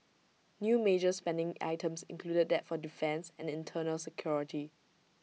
new major spending items included that for defence and internal security